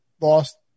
lost